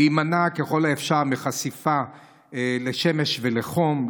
להימנע ככל האפשר מחשיפה לשמש ולחום,